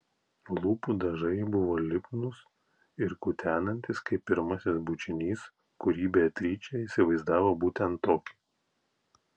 lūpų dažai buvo lipnūs ir kutenantys kaip pirmasis bučinys kurį beatričė įsivaizdavo būtent tokį